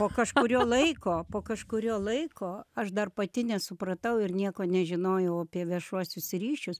po kažkurio laiko po kažkurio laiko aš dar pati nesupratau ir nieko nežinojau apie viešuosius ryšius